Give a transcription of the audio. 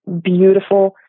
beautiful